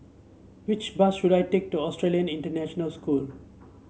which bus should I take to Australian International School